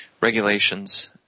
regulations